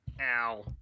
Ow